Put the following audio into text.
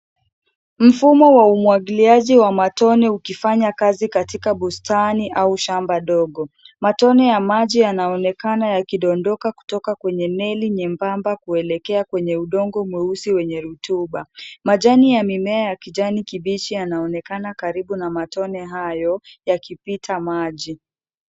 Mfumo wa umwagiliaji wa matone ukifanya kazi katika bustani au shamba ndogo. Matone ya maji yanaonekana yakidondoka kutoka kwenye neli nyembamba kuelekea kwenye udongo mweusi wenye rotuba. majani ya mimea yakijanai kibichii yanaonekana karibu na matone hayo yakipita maji.